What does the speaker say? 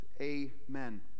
Amen